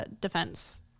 defense